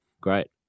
Great